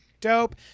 Dope